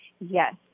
Yes